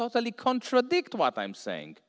totally contradict what i'm saying